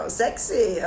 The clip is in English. sexy